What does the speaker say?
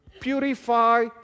purify